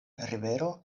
rivero